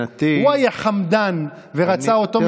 לפני שנה אני זימנתי דיון דחוף בוועדת החוקה על העניין הזה,